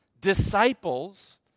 disciples